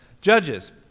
judges